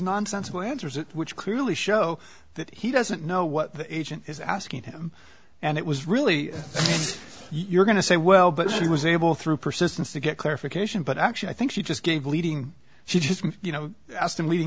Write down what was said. nonsensical answers which clearly show that he doesn't know what the agent is asking him and it was really you're going to say well but she was able through persistence to get clarification but actually i think she just gave leading she just you know